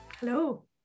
Hello